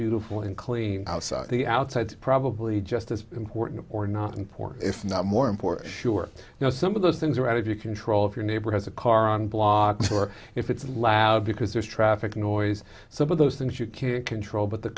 beautiful and clean outside the outside probably just as important or not important if not more important sure you know some of those things are out of your control of your neighbor has a car on blogs or if it's loud because there's traffic noise some of those things you can't control but the